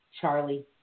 Charlie